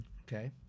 Okay